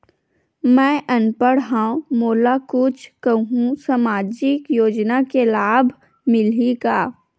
मैं अनपढ़ हाव मोला कुछ कहूं सामाजिक योजना के लाभ मिलही का?